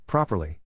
Properly